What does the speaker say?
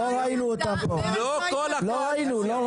--- אני מציין שלא כל הקואליציה.